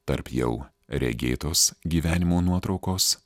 tarp jau regėtos gyvenimo nuotraukos